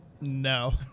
No